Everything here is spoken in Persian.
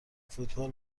فوتبال